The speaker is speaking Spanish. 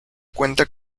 cuenta